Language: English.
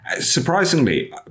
surprisingly